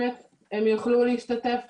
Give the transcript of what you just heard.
הם יוכלו להשתתף